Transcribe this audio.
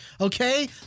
Okay